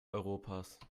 europas